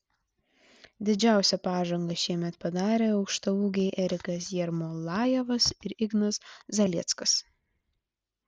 didžiausią pažangą šiemet padarė aukštaūgiai erikas jermolajevas ir ignas zalieckas